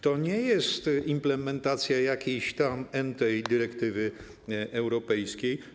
To nie jest implementacja jakiejś tam entej dyrektywy europejskiej.